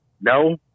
no